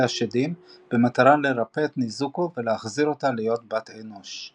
השדים במטרה לרפא את נזוקו ולהחזיר אותה להיות בת אנוש.